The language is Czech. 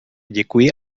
děkuji